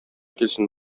килсен